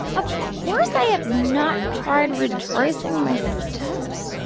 of course i have not tried retracing my steps.